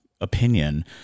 opinion